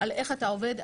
על איך אתה עובד.